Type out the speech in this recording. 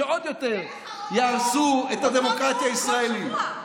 שעוד יותר יהרסו את הדמוקרטיה הישראלית.